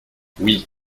oui